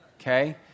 okay